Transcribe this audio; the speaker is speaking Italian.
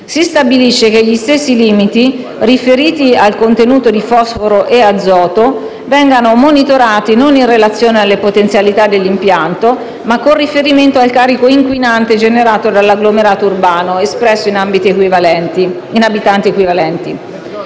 Si stabilisce che gli stessi limiti - riferiti al contenuto di fosforo e azoto - vengano monitorati non in relazione alle potenzialità dell'impianto, ma con riferimento al carico inquinante generato dall'agglomerato urbano espresso in abitanti equivalenti